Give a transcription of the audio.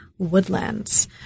woodlands